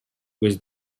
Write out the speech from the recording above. was